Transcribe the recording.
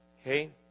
Okay